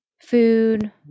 food